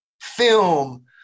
film